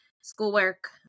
schoolwork